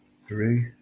three